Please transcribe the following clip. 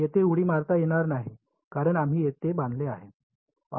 येथे उडी मारता येणार नाही कारण आम्ही ते बांधले आहे